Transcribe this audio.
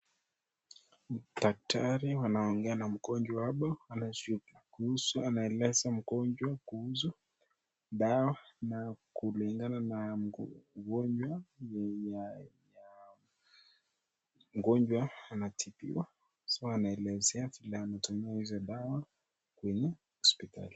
Daktari anaongea na mgonjwa hapo, anaeleza mgonjwa kuhusu dawa kulingana na ugonjwa ,yenye mgonjwa anatibiwa sasa anaelezewa vile atatumia hizo dawa kwenye hospitali.